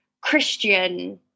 Christian